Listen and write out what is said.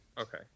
Okay